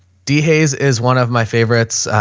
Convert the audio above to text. d hayes is one of my favorites.